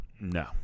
no